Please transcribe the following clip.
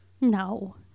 No